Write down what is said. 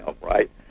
right